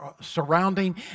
surrounding